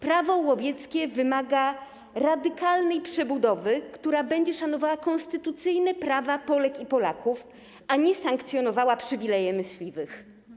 Prawo łowieckie wymaga radykalnej przebudowy, ustawy, która będzie szanowała konstytucyjne prawa Polek i Polaków, a nie sankcjonowała przywileje myśliwych.